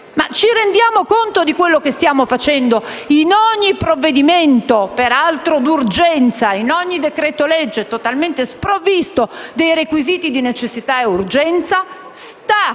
Ci rendiamo conto di quello che stiamo facendo? In ogni provvedimento, peraltro d'urgenza, in ogni decreto-legge totalmente sprovvisto dei requisiti di necessità e urgenza, sta